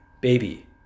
baby